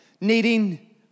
Needing